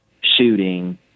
shooting